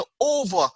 over